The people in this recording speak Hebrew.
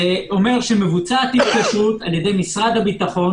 זה אומר שמבוצעת התקשרות על-ידי משרד הביטחון.